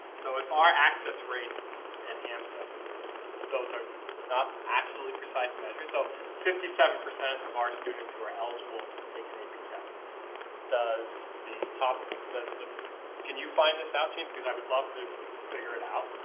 so if our access rates and hamsa and those are not absolutely precise measures so fifty seven percent of our students who are eligible take an ap test does the top that's the can you find this out team? because i would love to figure it out